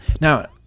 Now